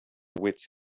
wits